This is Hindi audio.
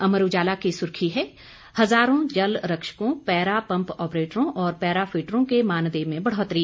अमर उजाला की सुर्खी है हजारों जल रक्षकों पैरा पंप ऑपरेटरों और पैरा फिटरों के मानदेय में बढ़ोतरी